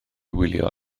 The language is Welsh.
wylio